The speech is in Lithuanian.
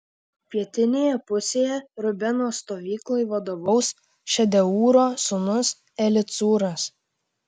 pietinėje pusėje rubeno stovyklai vadovaus šedeūro sūnus elicūras